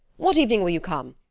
what evening will you come?